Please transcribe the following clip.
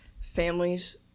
families